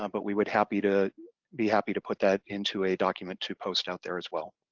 um but we would happy to be happy to put that into a document to post out there as well.